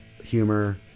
humor